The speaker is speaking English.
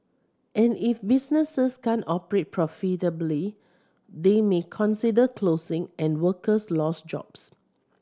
and if businesses can't operate profitably they may consider closing and workers lose jobs